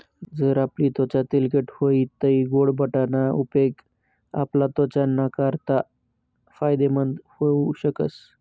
जर आपली त्वचा तेलकट व्हयी तै गोड बटाटा ना उपेग आपला त्वचा नाकारता फायदेमंद व्हऊ शकस